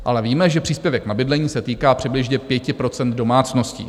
Ale víme, že příspěvek na bydlení se týká přibližně 5 % domácností.